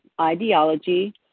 ideology